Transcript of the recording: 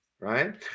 right